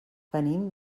venim